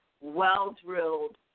well-drilled